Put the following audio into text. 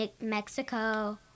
Mexico